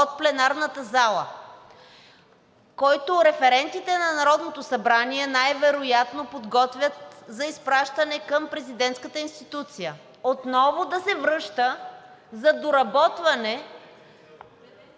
от пленарната зала, който референтите на Народното събрание най-вероятно изпращат към президентската институция, отново да се връща за доработване